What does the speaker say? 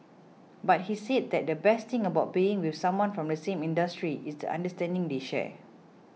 but he said that the best thing about being with someone from the same industry is the understanding they share